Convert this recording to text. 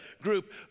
group